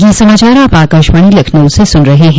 ब्रे क यह समाचार आप आकाशवाणी लखनऊ से सुन रहे हैं